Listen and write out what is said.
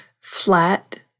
flat